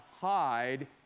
hide